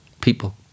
People